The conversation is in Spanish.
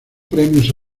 premios